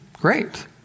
great